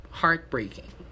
heartbreaking